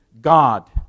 God